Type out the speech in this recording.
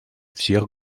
всех